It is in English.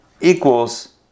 Equals